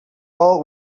all